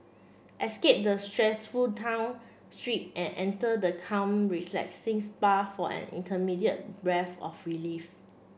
escape the stressful town street and enter the calm relaxing spa for an immediate breath of relief